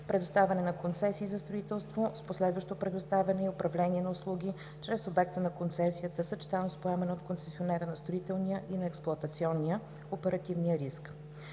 предоставяне на концесии за строителство, с последващо предоставяне и управление на услуги чрез обекта на концесията, съчетано с поемане от концесионера на строителния и на експлоатационния (оперативния) риск.